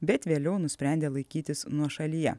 bet vėliau nusprendė laikytis nuošalyje